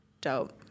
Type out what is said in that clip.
dope